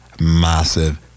massive